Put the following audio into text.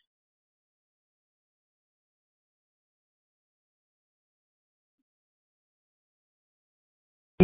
It was proposed by Kent Beck 1999